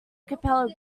capella